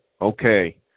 okay